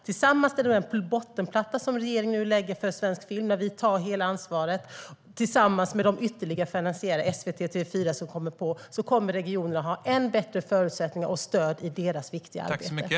Tillsammans med den bottenplatta som regeringen nu lägger för svensk film, där vi tar hela ansvaret, och med de ytterligare finansiärerna SVT och TV4 kommer regionerna att ha än bättre förutsättningar och stöd i sitt viktiga arbete.